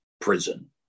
prison